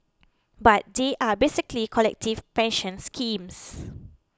but they are basically collective pension schemes